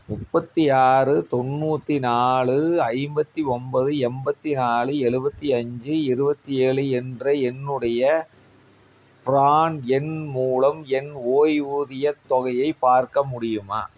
முப்பத்தி ஆறு தொண்ணூற்றி நாலு ஐம்பத்தி ஒம்பது எண்பத்தி நாலு எழுபத்தி அஞ்சு இருபத்தி ஏழு என்ற என்னுடைய ப்ரான் எண் மூலம் என் ஓய்வூதியத் தொகையை பார்க்க முடியுமா